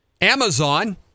Amazon